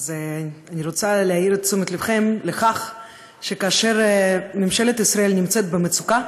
אני רוצה להעיר את תשומת לבכם לכך שכאשר ממשלת ישראל נמצאת במצוקה,